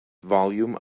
volume